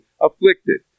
afflicted